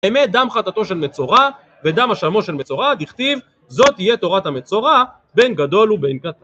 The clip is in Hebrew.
אמת דם חטטו של מצורע ודם אשמו של מצורע, דכתיב, זאת תהיה תורת המצורע בין גדול ובין קטן.